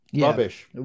rubbish